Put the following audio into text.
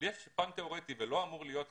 אבל יש פן תיאורטי ולא אמור להיות היום,